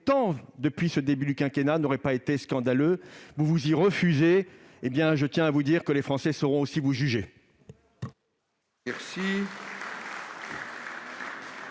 obtenu depuis le début de ce quinquennat n'aurait pas été scandaleux. Vous vous y refusez : je tiens à vous dire que les Français sauront vous juger.